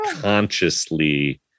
consciously